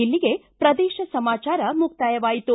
ಇಲ್ಲಿಗೆ ಪ್ರದೇಶ ಸಮಾಚಾರ ಮುಕ್ತಾಯವಾಯಿತು